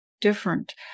different